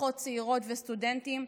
משפחות צעירות וסטודנטים,